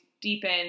deepen